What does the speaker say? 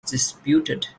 disputed